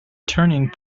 turning